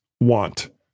want